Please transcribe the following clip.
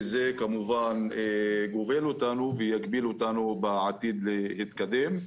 וזה יגביל אותנו בעתיד להתקדם.